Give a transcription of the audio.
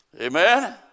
Amen